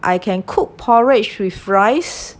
I can cook porridge with rice